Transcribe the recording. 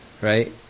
right